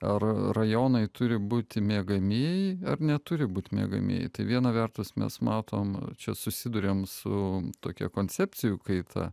ar rajonai turi būti miegamieji ar neturi būti miegamieji tai viena vertus mes matom čia susiduriam su tokia koncepcijų kaita